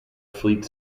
fleet